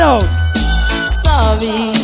Sorry